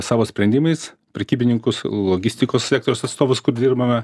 savo sprendimais prekybininkus logistikos sektoriaus atstovus kur dirbame